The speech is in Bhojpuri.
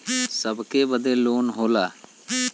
सबके बदे लोन होला